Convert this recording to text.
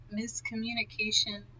miscommunication